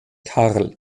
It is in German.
karl